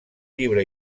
llibre